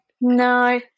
No